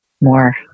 more